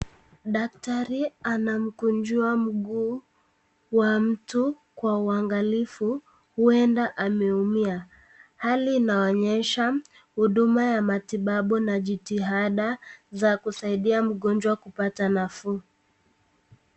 Daktari anamkunjua mguu wa mtu kwa uangalifu, huenda ameumia, hali inaonyesha huduma ya matibabu na jitihada za kusaidia mgonjwa kupata nafuu.